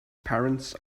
parents